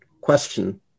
question